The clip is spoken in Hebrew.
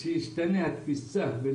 התפיסה צריכה